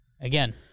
Again